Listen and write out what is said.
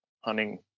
hunting